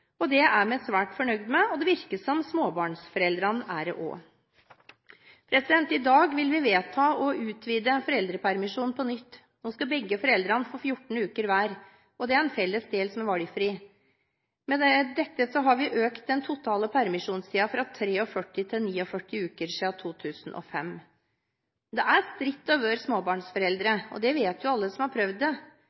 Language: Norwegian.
år. Det er vi svært fornøyd med, og det virker som småbarnsforeldrene er det også. I dag vil vi vedta å utvide foreldrepermisjonen på nytt. Nå skal begge foreldrene få 14 uker hver, og det er en felles del som er valgfri. Med dette har vi økt den totale permisjonstiden fra 43 til 49 uker siden 2005. Det er stritt å være småbarnsforeldre, det vet alle som har prøvd det,